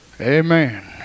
Amen